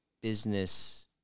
business